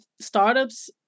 startups